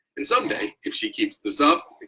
and someday if she keeps this up,